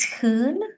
turn